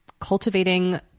cultivating